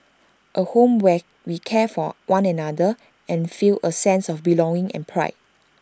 A home where we care for one another and feel A sense of belonging and pride